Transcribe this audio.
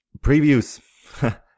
previews